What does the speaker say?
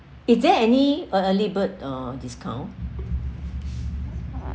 is there any uh early bird uh discount